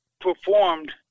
performed